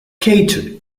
kate